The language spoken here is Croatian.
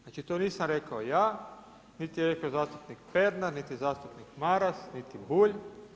Znači to nisam rekao ja niti je rekao zastupnik Pernar, niti zastupnik Maras, niti Bulj.